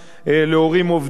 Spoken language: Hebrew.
להורים עובדים,